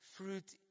fruit